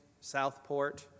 Southport